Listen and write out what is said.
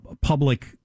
public